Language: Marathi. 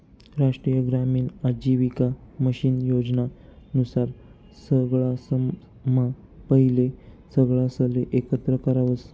राष्ट्रीय ग्रामीण आजीविका मिशन योजना नुसार सगळासम्हा पहिले सगळासले एकत्र करावस